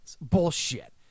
Bullshit